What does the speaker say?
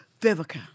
Vivica